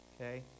Okay